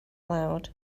loud